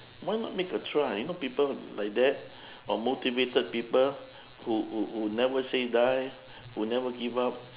why not make a try you know people like that or motivated people who who who never say die will never give up